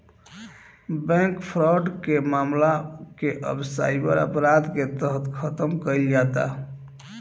bank fraud के मामला के अब साइबर अपराध के तहत खतम कईल जाता